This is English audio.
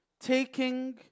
taking